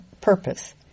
purpose